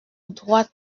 droite